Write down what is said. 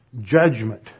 judgment